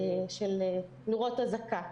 נורות אזעקה.